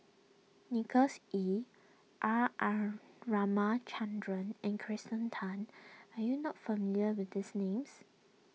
Nicholas Ee R R Ramachandran and Kirsten Tan are you not familiar with these names